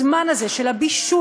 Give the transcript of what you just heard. הזמן הזה של הבישול,